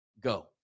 go